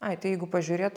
ai tai jeigu pažiūrėt